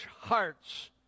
hearts